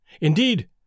Indeed